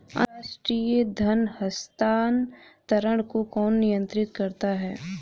अंतर्राष्ट्रीय धन हस्तांतरण को कौन नियंत्रित करता है?